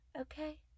Okay